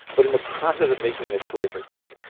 but in the process of making this toy for kids,